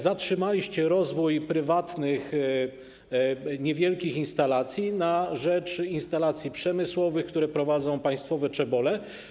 Zatrzymaliście rozwój prywatnych, niewielkich instalacji, działając na rzecz instalacji przemysłowych, które prowadzą państwowe czebole.